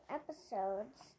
episodes